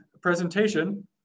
presentation